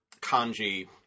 Kanji